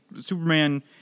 superman